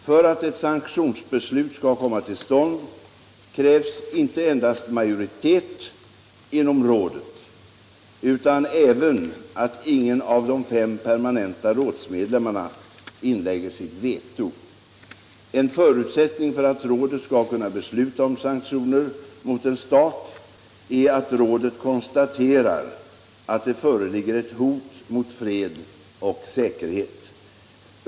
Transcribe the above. För att ett sanktionsbeslut skall komma till stånd krävs inte endast majoritet inom rådet utan även att ingen av de fem permanenta rådsmedlemmarna inlägger sitt veto. En förutsättning för att rådet skall kunna besluta om sanktioner mot en stat är att rådet konstaterar att det föreligger ett hot mot fred och säkerhet.